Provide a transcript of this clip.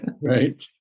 right